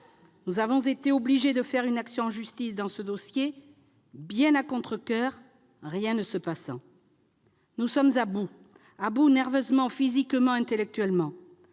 Nous avons été obligés de faire une action en justice dans ce dossier, bien à contrecoeur, rien ne se passant. Nous sommes à bout nerveusement, physiquement, intellectuellement.